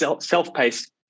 self-paced